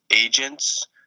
agents